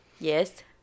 Yes